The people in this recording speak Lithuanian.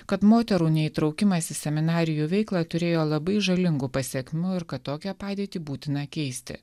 kad moterų neįtraukimas į seminarijų veiklą turėjo labai žalingų pasekmių ir kad tokią padėtį būtina keisti